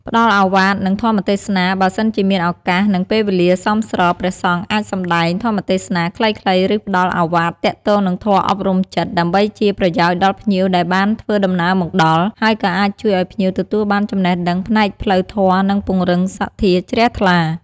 ព្រះអង្គជាបុគ្គលគំរូក្នុងព្រះពុទ្ធសាសនា ដូច្នេះរាល់កាយវិការ និងពាក្យសម្ដីរបស់ព្រះអង្គគឺមានឥទ្ធិពលលើចិត្តគំនិតរបស់ពុទ្ធបរិស័ទ និងភ្ញៀវ។